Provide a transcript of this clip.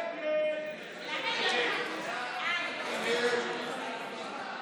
לסעיף 1 לא נתקבלה.